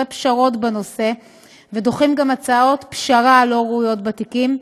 פשרות בנושא הזה ודוחים גם הצעות פשרה לא ראויות בתיקים.